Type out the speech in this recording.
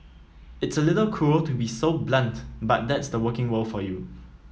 it's a little cruel to be so blunt but that's the working world for you